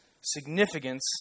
significance